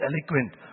eloquent